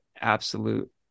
absolute